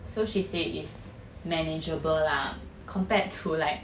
so she said is manageable lah compared to like